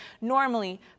Normally